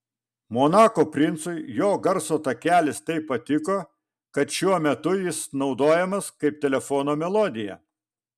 monako princui jo garso takelis taip patiko kad šiuo metu jis naudojamas kaip telefono melodija